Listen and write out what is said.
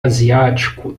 asiático